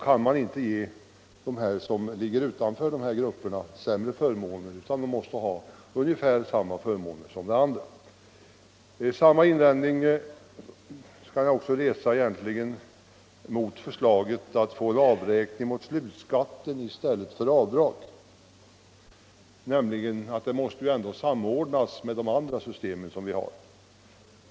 Man kan inte ge dem som står utanför dessa avtal sämre förmåner, utan de måste ha ungefär samma förmåner som de andra. Samma invändning kan jag också resa mot förslaget om avräkning på slutskatten i stället för avdrag. Ett sådant system måste ju ändå samordnas med de andra system som vi har.